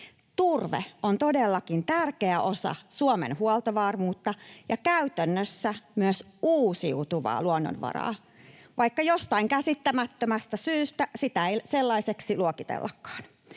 Turve on todellakin tärkeä osa Suomen huoltovarmuutta ja käytännössä myös uusiutuvaa luonnonvaraa, vaikka jostain käsittämättömästä syystä sitä ei sellaiseksi luokitellakaan.